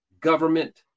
government